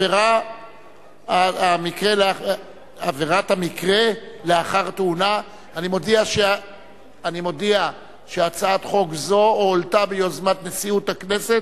עברה בקריאה טרומית ותועבר לוועדת החינוך על מנת להכינה לקריאה ראשונה.